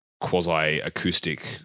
quasi-acoustic